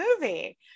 movie